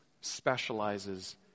specializes